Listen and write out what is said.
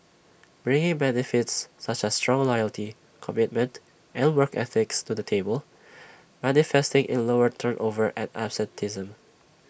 bring benefits such as strong loyalty commitment and work ethic to the table manifesting in lower turnover and absenteeism